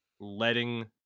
letting